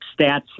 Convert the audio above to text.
stats